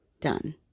done